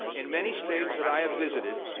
in many states that i have visited,